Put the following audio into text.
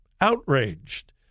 outraged